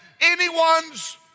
anyone's